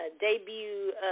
debut